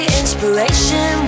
inspiration